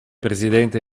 presidente